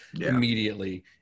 immediately